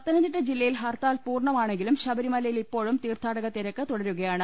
പത്തനംതിട്ട ജില്ലയിൽ ഹർത്താൽ പൂർണമാണെങ്കിലും ശബരിമലയിൽ ഇപ്പോഴും തീർഥാടക തിരക്ക് തുടരുകയാണ്